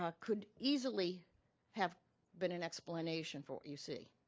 ah could easily have been an explanation for what you see.